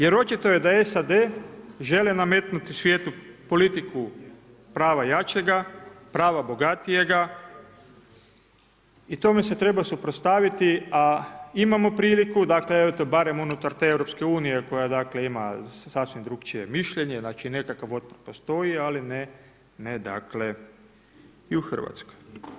Jer očito je da SAD žele nametnuti svijetu politiku prava jačega, prava bogatijega i tome se treba suprotstaviti, a imamo priliku, dakle, eto, barem unutar te EU, koja dakle, ima sasvim drugačije mišljenje, znači nekakav otpor postoji, ali ne dakle, i u Hrvatskoj.